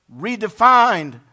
redefined